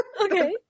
Okay